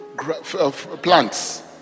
plants